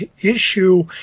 issue